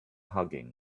hugging